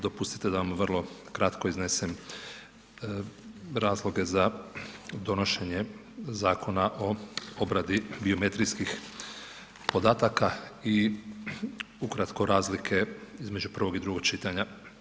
Dopustite da vam vrlo kratko iznesem razloge za donošenje Zakona o obradi biometrijskih podataka i ukratko razlike između prvog i drugog čitanja.